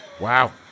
Wow